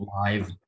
live